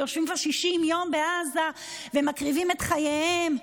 שיושבים כבר 60 יום בעזה ומקריבים את חייהם,